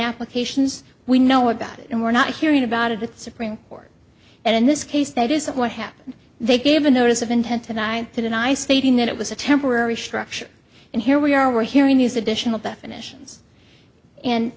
applications we know about and we're not hearing about of the supreme court and in this case that isn't what happened they gave a notice of intent and i didn't i stating that it was a temporary structure and here we are we're hearing these additional definitions and